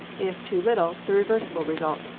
if too little, the reverse will result.